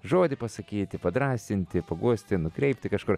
žodį pasakyti padrąsinti paguosti nukreipti kažkur